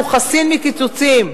הוא חסין מקיצוצים.